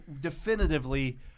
definitively